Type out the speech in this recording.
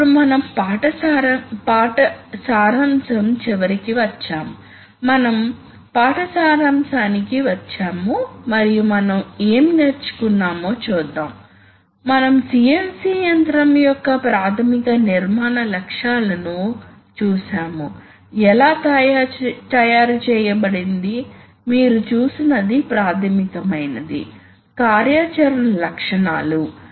కాబట్టి మనము పాఠం చివరకి వచ్చాము న్యూమాటిక్ వాల్వ్స్ మరియు యాక్యుయేటర్లను చూశాము న్యూమాటిక్ లాజిక్ లో ఉపయోగించిన కొన్ని అంశాలను చూశాము కొన్ని కొత్త విలక్షణమైన న్యూమాటిక్ అప్లికేషన్స్ చూశాము మరియు హైడ్రాలిక్ మరియు కొన్ని సందర్భాల్లో ఎలక్ట్రిక్ సిస్టమ్స్ తో పోలికను చూశాము